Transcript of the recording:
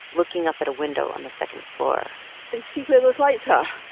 looking up at a window on the second floor you see where those lights ah